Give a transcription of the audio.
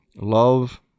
love